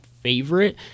favorite